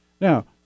Now